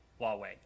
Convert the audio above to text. Huawei